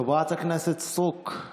חברת הכנסת סטרוק.